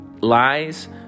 lies